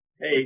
Hey